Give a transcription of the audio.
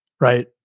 Right